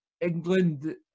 England